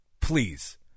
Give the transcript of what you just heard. Please